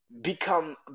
become